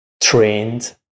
trained